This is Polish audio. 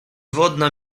wodna